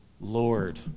Lord